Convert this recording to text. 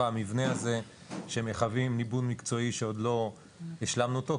המבנה הזה שמחייבים ליבון מקצועי שעוד לא השלמנו אותו,